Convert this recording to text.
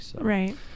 Right